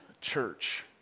church